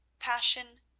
passion,